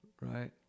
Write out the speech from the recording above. right